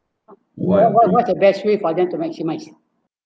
why what what's the best way for them to maximise